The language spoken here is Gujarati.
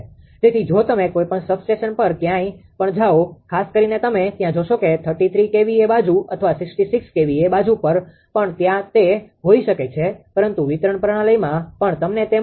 તેથી જો તમે કોઈપણ સબસ્ટેશન પર ક્યાંય પણ જાઓ ખાસ કરીને તમે ત્યાં જોશો કે તે 33 kVA બાજુ અથવા 66 kVA બાજુ પર પણ ત્યાં તે હોઈ શકે છે પરંતુ વિતરણ પ્રણાલીમાં પણ તમને તે મળશે